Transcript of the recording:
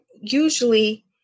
usually